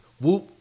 whoop